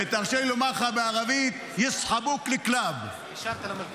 ותרשה לי לומר לך בערבית: (אומר דברים